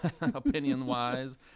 opinion-wise